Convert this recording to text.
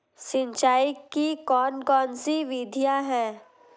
सिंचाई की कौन कौन सी विधियां हैं?